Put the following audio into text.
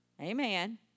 Amen